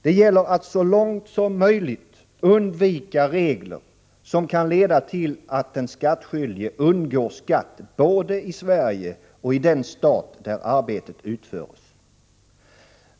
Det gäller att så långt möjligt undvika regler som kan leda till att den skattskyldige undgår skatt både i Sverige och i den stat där arbetet utförs.